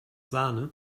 sahne